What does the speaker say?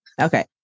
Okay